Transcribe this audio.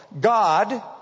God